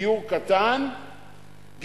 דיור קטן,